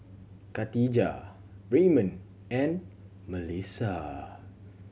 Khadijah Ramon and Mellisa